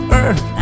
earth